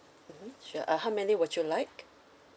mmhmm sure uh how many would you like